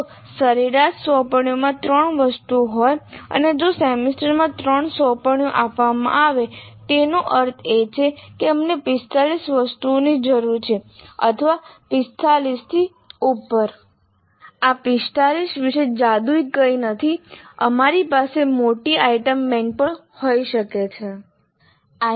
જો સરેરાશ સોંપણીમાં ત્રણ વસ્તુઓ હોય અને જો સેમેસ્ટરમાં ત્રણ સોંપણીઓ આપવામાં આવે તેનો અર્થ એ છે કે અમને 45 વસ્તુઓની જરૂર છે 9 વસ્તુઓ x 5 ગણી 45 વસ્તુઓ અથવા 45 થી ઉપર આ 45 વિશે જાદુઈ કંઈ નથી અમારી પાસે મોટી આઇટમ બેંક પણ હોઈ શકે છે